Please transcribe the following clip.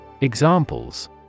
Examples